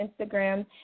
Instagram